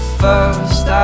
first